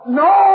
no